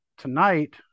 Tonight